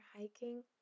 hiking